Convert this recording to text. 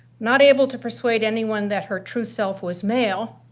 not able to persuade anyone that her true self was male,